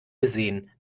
gesehen